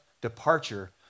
departure